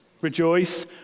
rejoice